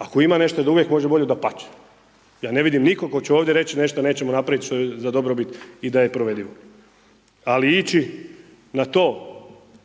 Ako ima nešto da uvijek može bolje, dapače. Ja ne vidim nikoga tko će ovdje reći nešto nećemo napraviti za dobrobit i da je provedivo. Ali ići na to